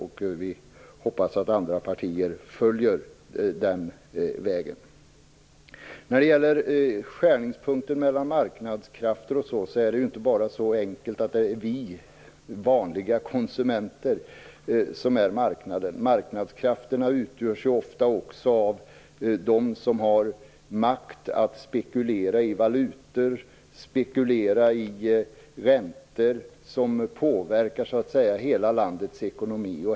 Vi hoppas att andra partier följer den vägen. Det är inte så enkelt att det är vi vanliga konsumenter som är marknaden. Marknadskrafterna utgörs ju ofta också av dem som har makt att spekulera i valutor och räntor, vilket påverkar hela landets ekonomi.